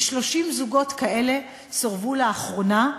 כ-30 זוגות כאלה סורבו לאחרונה,